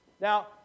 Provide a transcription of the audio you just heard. Now